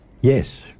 Yes